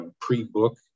pre-book